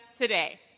today